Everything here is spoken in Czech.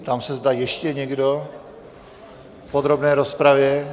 Ptám se, zda ještě někdo v podrobné rozpravě.